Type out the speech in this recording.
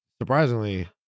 Surprisingly